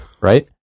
right